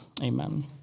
amen